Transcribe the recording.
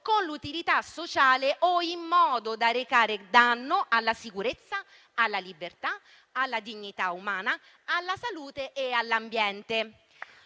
con l'utilità sociale o in modo da recare danno alla sicurezza, alla libertà, alla dignità umana, alla salute e all'ambiente.